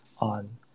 on